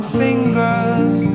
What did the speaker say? fingers